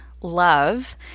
love